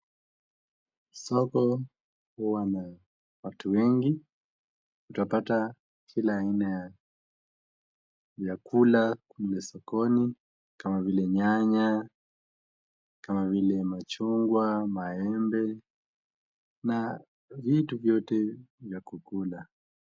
Soko huwa na watu wengi, utapata kila aina ya vyakula kule sokoni kama vile nyanya, kama vile machungwa, maembe na vitu vyote vya kukula.